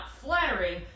flattering